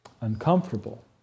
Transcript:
uncomfortable